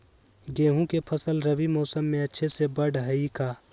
गेंहू के फ़सल रबी मौसम में अच्छे से बढ़ हई का?